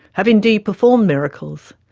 have indeed performed miracles.